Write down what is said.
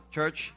church